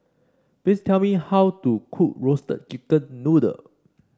please tell me how to cook Roasted Chicken Noodle